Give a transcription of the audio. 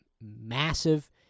massive